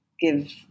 give